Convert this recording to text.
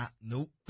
nope